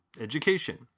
education